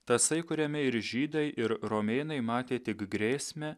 tasai kuriame ir žydai ir romėnai matė tik grėsmę